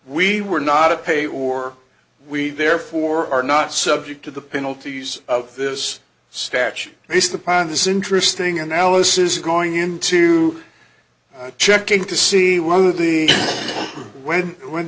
we were not a pe or we therefore are not subject to the penalties of this statute based upon this interesting analysis going into checking to see whether the when when